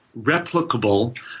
replicable